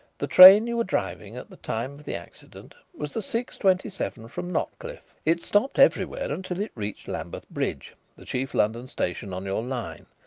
the train you were driving at the time of the accident was the six-twenty-seven from notcliff. it stopped everywhere until it reached lambeth bridge, the chief london station on your line.